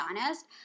honest